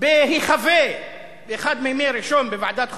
בהיחבא באחד מימי ראשון בוועדת חוקה,